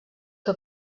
que